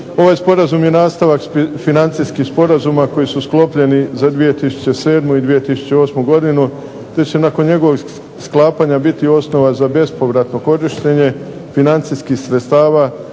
Ovaj Sporazum je nastavak financijskih sporazuma koji su sklopljeni za 2007. 2008. godinu te će nakon njegovog sklapanja biti osnova za bespovratno korištenje financijskih sredstava